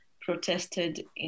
protested